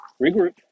regroup